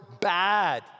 bad